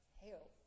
help